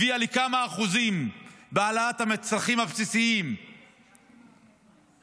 הביאה להעלאת המצרכים הבסיסיים בכמה אחוזים,